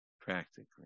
practically